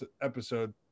episode